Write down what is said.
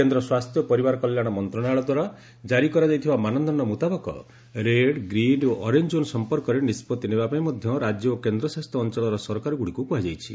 କେନ୍ଦ୍ର ସ୍ୱାସ୍ଥ୍ୟ ଓ ପରିବାର କଲ୍ୟାଣ ମନ୍ତ୍ରଣାଳୟଦ୍ୱାରା ଜାରି କରାଯାଇଥିବା ମାନଦଣ୍ଡ ମୁତାବକ ରେଡ୍ ଗ୍ରୀନ୍ ଓ ଅରେଞ୍ ଜୋନ୍ ସମ୍ପର୍କରେ ନିଷ୍କଭି ନେବାପାଇଁ ମଧ୍ୟ ରାଜ୍ୟ ଓ କେନ୍ଦ୍ରଶାସିତ ଅଞ୍ଚଳର ସରକାରଗୁଡ଼ିକୁ କୁହାଯାଇଛି